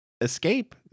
escape